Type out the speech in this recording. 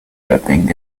rapping